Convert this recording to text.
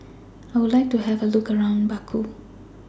I Would like to Have A Look around Baku